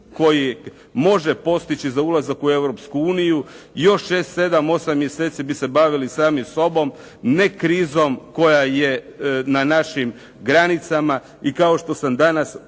koji može postići za ulazak u Europsku uniju, još 6, 7, 8 mjeseci bi se bavili sami sobom, ne krizom koja je na našim granicama, i kao što sam danas pročitao